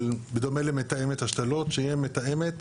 בדומה למתאמת השתלות, שהיא המתאמת,